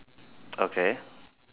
okay